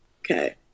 Okay